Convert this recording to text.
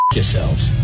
yourselves